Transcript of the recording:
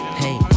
hey